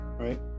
Right